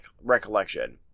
recollection